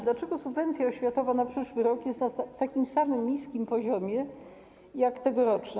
Dlaczego subwencja oświatowa na przyszły rok jest na tak samo niskim poziomie jak tegoroczna?